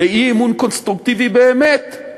לאי-אמון קונסטרוקטיבי באמת.